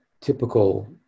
typical